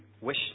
wish